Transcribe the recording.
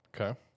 okay